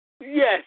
Yes